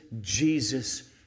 Jesus